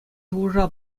шухӑша